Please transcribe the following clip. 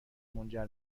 منجر